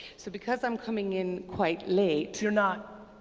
so because i'm coming in quite late you're not.